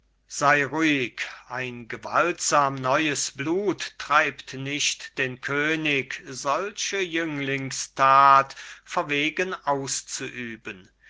sei ruhig ein gewaltsam neues blut treibt nicht den könig solche jünglingsthat verwegen auszuüben